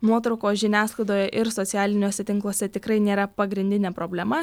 nuotraukos žiniasklaidoje ir socialiniuose tinkluose tikrai nėra pagrindinė problema